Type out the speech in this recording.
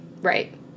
Right